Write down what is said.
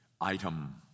item